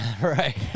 Right